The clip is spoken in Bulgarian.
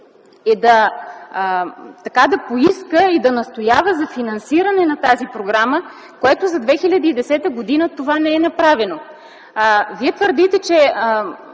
е да поиска и да настоява за финансиране на тази програма, което за 2010 г. не е направено. Вие твърдите, че